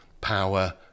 power